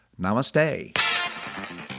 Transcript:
Namaste